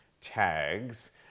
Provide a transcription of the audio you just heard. tags